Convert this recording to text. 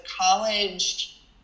college